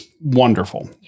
wonderful